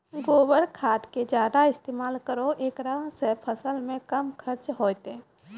गोबर खाद के ज्यादा इस्तेमाल करौ ऐकरा से फसल मे कम खर्च होईतै?